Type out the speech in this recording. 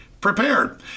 prepared